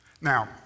Now